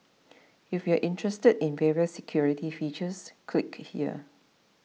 if you're interested in the various security features click here